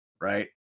right